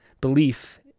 Belief